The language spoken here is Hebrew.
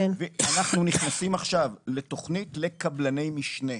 אנחנו נכנסים עכשיו לתוכנית לקבלני משנה,